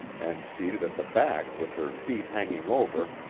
and seated at the back with her feet hanging over,